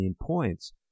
points